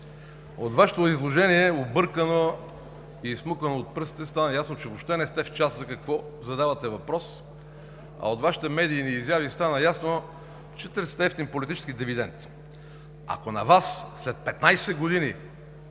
от Вашето изложение – объркано и изсмукано от пръстите, стана ясно, че въобще не сте в час за какво задавате въпрос, а от Вашите медийни изяви стана ясно, че търсите евтин политически дивидент. Ако на Вас след 15 години